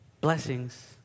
Blessings